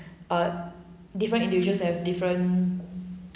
uh different individuals have different